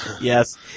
Yes